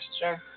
Sure